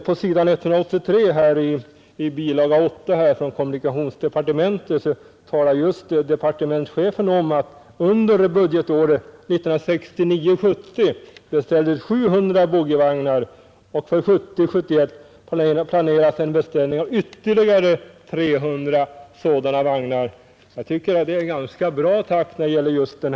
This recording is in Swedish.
På s. 183 i statsverkspropositionens bilaga 8 från kommunikationsdepartementet framgår att under budgetåret 1969 71 planeras en beställning av ytterligare 300 sådana vagnar. Jag tycker det är en ganska bra takt för upprustningen.